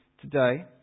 today